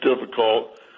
difficult